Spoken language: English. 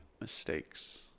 mistakes